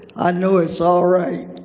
i know it's all right.